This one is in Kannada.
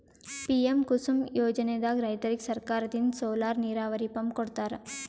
ಪಿಎಂ ಕುಸುಮ್ ಯೋಜನೆದಾಗ್ ರೈತರಿಗ್ ಸರ್ಕಾರದಿಂದ್ ಸೋಲಾರ್ ನೀರಾವರಿ ಪಂಪ್ ಕೊಡ್ತಾರ